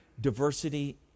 diversity